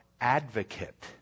advocate